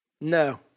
no